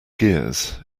gears